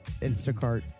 Instacart